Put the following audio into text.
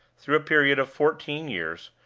through a period of fourteen years,